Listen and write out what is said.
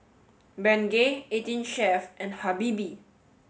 Bengay eighteen Chef and Habibie